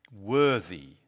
worthy